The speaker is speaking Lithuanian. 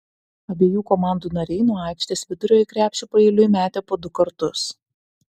abiejų komandų nariai nuo aikštės vidurio į krepšį paeiliui metė po du kartus